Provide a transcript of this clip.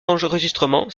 enregistrement